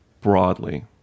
broadly